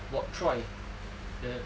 what troy that